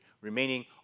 remaining